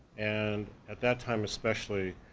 and, at that time especially,